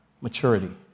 maturity